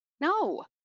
No